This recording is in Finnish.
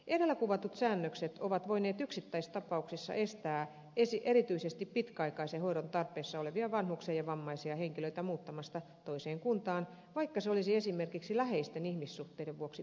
edellä kuvatut säännökset ovat voineet yksittäistapauksissa estää erityisesti pitkäaikaisen hoidon tarpeessa olevia vanhuksia ja vammaisia henkilöitä muuttamasta toiseen kuntaan vaikka se olisi esimerkiksi läheisten ihmissuhteiden vuoksi perusteltua